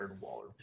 Waller